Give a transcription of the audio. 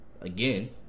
again